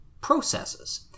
processes